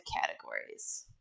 categories